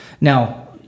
Now